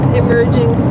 emerging